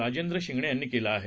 राजेंद्र शिंगणे यांनी केले आहे